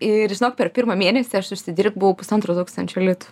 ir žinok per pirmą mėnesį aš užsidirbau pusantro tūkstančio litų